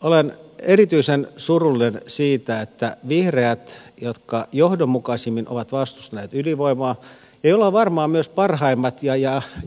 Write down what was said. olen erityisen surullinen siitä että vihreät jotka johdonmukaisimmin ovat vastustaneet ydinvoimaa ja joilla on varmaan myös parhaimmat ja